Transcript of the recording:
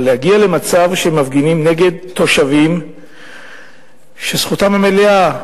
אבל להגיע למצב שמפגינים נגד תושבים שזכותם המלאה,